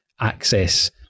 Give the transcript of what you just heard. access